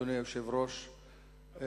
אדוני היושב-ראש,